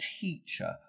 teacher